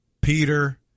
Peter